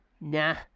Nah